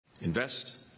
Invest